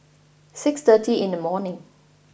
six thirty in the morning